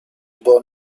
born